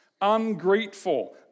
ungrateful